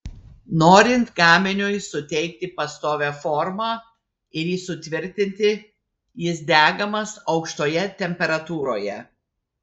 norint gaminiui suteikti pastovią formą ir jį sutvirtinti jis degamas aukštoje temperatūroje